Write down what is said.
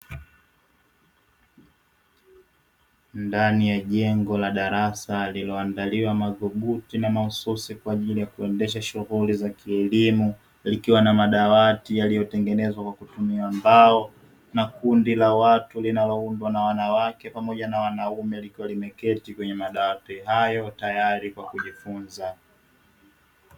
Ndani ya jengo la darasa lililoandaliwa madhubuti na mahususi kwa ajili ya kuendesha shuguli ya kielimu, likiwa na madawati yaliyotengenezwa kwa kutumia mbao na kundi la watu linaloundwa na wanawake pamoja na wanaume, likiwa limeketi kwenye madawati hayo tayari kwa kujifunza.